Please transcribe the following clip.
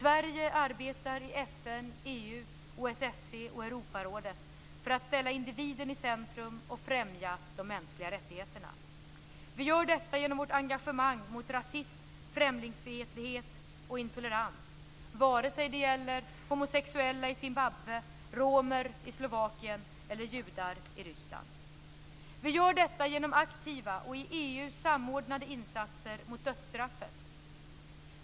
Sverige arbetar i FN, EU, OSSE och Europarådet för att ställa individen i centrum och främja de mänskliga rättigheterna. Vi gör detta genom vårt engagemang mot rasism, främlingsfientlighet och intolerans, vare sig det gäller homosexuella i Zimbabwe, romer i Slovakien eller judar i Ryssland. Vi gör detta genom aktiva och i EU samordnade insatser mot dödsstraffet.